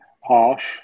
harsh